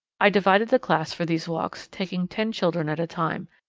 i divided the class for these walks, taking ten children at a time.